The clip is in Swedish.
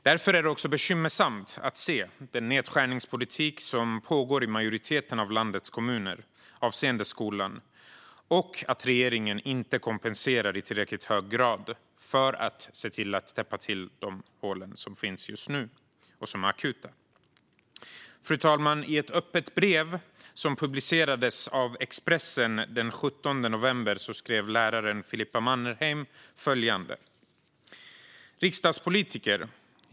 Därför är det också bekymmersamt att en nedskärningspolitik pågår i majoriteten av landets kommuner avseende skolan och att regeringen inte kompenserar i tillräckligt hög grad för att täppa till de hål som finns just nu och som är akuta. Fru talman! I ett öppet brev som publicerades av Expressen den 17 november skrev läraren Filippa Mannerheim följande: "Riksdagspolitiker!